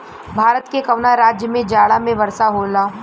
भारत के कवना राज्य में जाड़ा में वर्षा होला?